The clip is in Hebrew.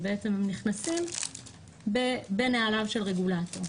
בעצם נכנסים בנעליו של הרגולטור.